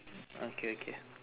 okay okay